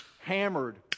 hammered